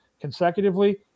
consecutively